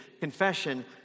confession